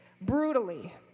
brutally